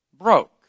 broke